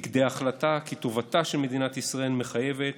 לכדי החלטה, כי טובתה של מדינת ישראל מחייבת